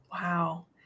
Wow